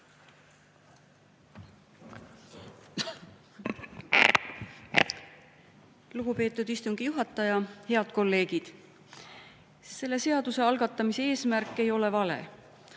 Lugupeetud istungi juhataja! Head kolleegid! Selle seaduse algatamise eesmärk ei ole vale.